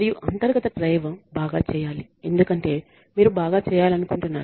మరియు అంతర్గత డ్రైవ్ బాగా చేయాలి ఎందుకంటే మీరు బాగా చేయాలనుకుంటున్నారు